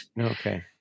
Okay